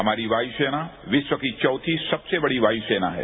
हमारी वायू सेना विश्व की चौथी सबसे बड़ी वायू सेना है